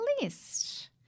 list